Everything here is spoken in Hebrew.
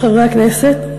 חברי הכנסת,